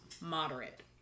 moderate